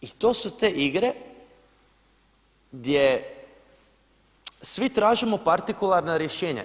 I to su te igre gdje svi tražimo partikularna rješenja.